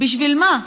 בשביל מה,